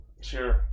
Sure